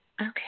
Okay